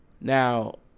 Now